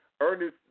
Ernest